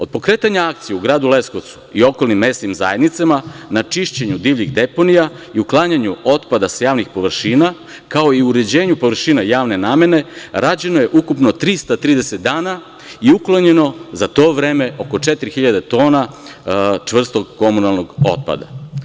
Od pokretanja akcije u gradu Leskovcu i okolnim mesnim zajednicama na čišćenju divljih deponija i uklanjanju otpada sa javnih površina, kao i uređenju površina javne namene, rađeno je ukupno 330 dana i uklonjeno za to vreme oko 4.000 tona čvrstog komunalnog otpada.